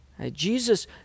Jesus